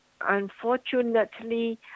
unfortunately